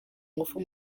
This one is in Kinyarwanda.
ngufu